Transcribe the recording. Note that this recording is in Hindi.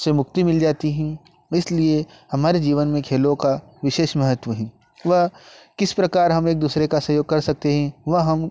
से मुक्ति मिल जाती है इसलिए हमारे जीवन में खेलों का विशेष महत्व है वह किस प्रकार हम एक दूसरे का सहयोग कर सकते हैं वह हम